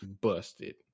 busted